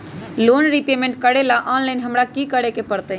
Loan repayment करेला online हमरा की करे के परतई?